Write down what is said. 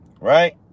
Right